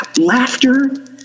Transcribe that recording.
laughter